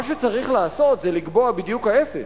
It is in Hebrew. מה שצריך לעשות, זה לקבוע בדיוק ההיפך: